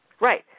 Right